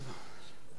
סיעת קדימה,